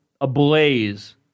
ablaze